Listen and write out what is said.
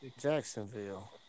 Jacksonville